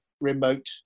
remote